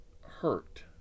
hurt